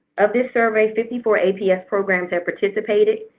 of this survey, fifty four aps programs have participated.